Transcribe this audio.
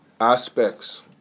aspects